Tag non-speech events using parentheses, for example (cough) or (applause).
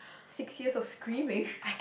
six years of screaming (breath)